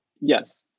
yes